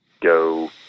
go